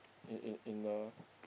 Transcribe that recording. it it in the